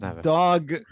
Dog